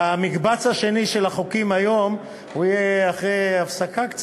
המקבץ השני של החוקים היום יהיה אחרי קצת הפסקה,